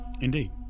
Indeed